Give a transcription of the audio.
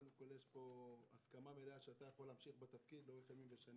יש פה הסכמה מלאה שאתה יכול להמשיך בתפקיד שנים,